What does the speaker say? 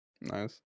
Nice